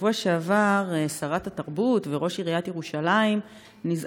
בשבוע שעבר נזעקו שרת התרבות וראש עיריית ירושלים לסגור